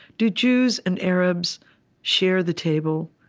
do jews and arabs share the table?